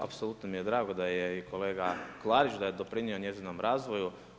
Apsolutno mi je drago da je i kolega Klarić, da je doprinio njezinom razvoju.